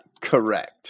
correct